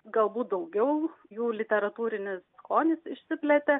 galbūt daugiau jų literatūrinis skonis išsiplėtė